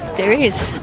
there is.